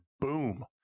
boom